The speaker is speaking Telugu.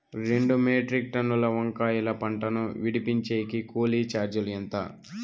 రెండు మెట్రిక్ టన్నుల వంకాయల పంట ను విడిపించేకి కూలీ చార్జీలు ఎంత?